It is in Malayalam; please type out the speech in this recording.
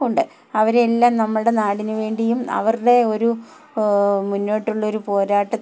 ഉണ്ട് അവരെല്ലാം നമ്മളുടെ നാടിന് വേണ്ടിയും അവരുടെ ഒരു മുന്നോട്ടുള്ള ഒരു പോരാട്ട